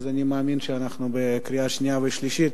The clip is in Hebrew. ואני מאמין שבקריאה השנייה והשלישית